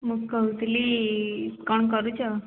ମୁଁ କହୁଥିଲି କ'ଣ କରୁଛ